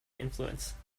influence